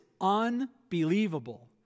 unbelievable